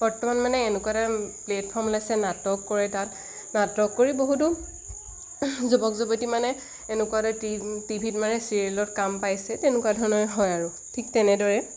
বৰ্তমান মানে এনেকুৱা এটা প্লেটফৰ্ম ওলাইছে নাটক কৰে তাত নাটক কৰি বহুতো যুৱক যুৱতী মানে এনেকুৱা এটা টি ভিত মাৰে চিৰিয়েলত কাম পাইছে তেনেকুৱা ধৰণে হয় আৰু ঠিক তেনেদৰে